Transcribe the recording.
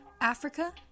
Africa